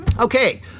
Okay